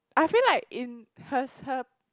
I feel like in hers her